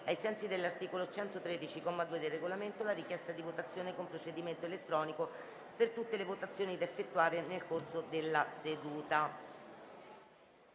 ai sensi dell'articolo 113, comma 2, del Regolamento, la richiesta di votazione con procedimento elettronico per tutte le votazioni da effettuare nel corso della seduta.